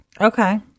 Okay